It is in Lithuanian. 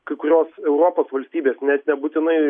kai kurios europos valstybės net nebūtinai